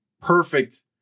perfect